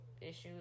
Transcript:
issues